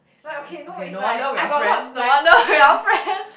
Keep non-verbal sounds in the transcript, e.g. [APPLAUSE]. no won~ okay no wonder we are friends no wonder we are [LAUGHS] friends